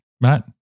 Matt